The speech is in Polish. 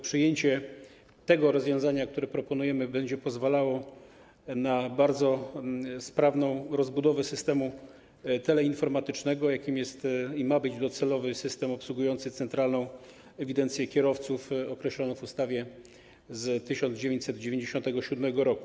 Przyjęcie rozwiązania, które proponujemy, będzie pozwalało na bardzo sprawną rozbudowę systemu teleinformatycznego, jakim jest i ma być docelowy system obsługujący centralną ewidencję kierowców określoną w ustawie z 1997 r.